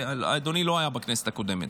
אדוני לא היה בכנסת הקודמת.